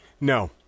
No